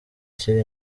nshyira